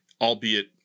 albeit